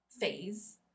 phase